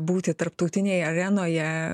būti tarptautinėj arenoje